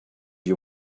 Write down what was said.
you